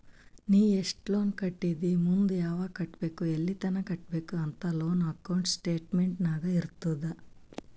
ನೀ ಎಸ್ಟ್ ಲೋನ್ ಕಟ್ಟಿದಿ ಮುಂದ್ ಯಾವಗ್ ಕಟ್ಟಬೇಕ್ ಎಲ್ಲಿತನ ಕಟ್ಟಬೇಕ ಅಂತ್ ಲೋನ್ ಅಕೌಂಟ್ ಸ್ಟೇಟ್ಮೆಂಟ್ ನಾಗ್ ಇರ್ತುದ್